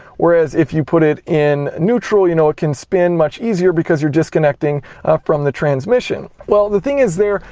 whereas if you put it in neutral, you know it can spin much easier because you're disconnecting from the transmission. well, the thing is there,